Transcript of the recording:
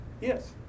Yes